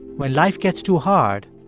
when life gets too hard,